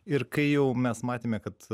ir kai jau mes matėme kad